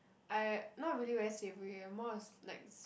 I not really very savory eh more s~ like s~